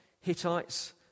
Hittites